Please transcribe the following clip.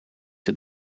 het